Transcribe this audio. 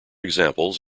examples